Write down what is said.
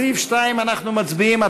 סעיף 2, אנחנו מצביעים.